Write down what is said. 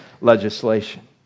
legislation